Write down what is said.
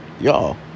y'all